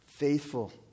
Faithful